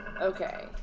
Okay